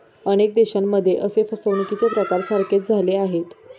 अनेक देशांमध्ये असे फसवणुकीचे प्रकार सारखेच झाले आहेत